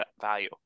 Value